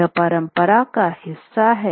यह परंपरा का हिस्सा है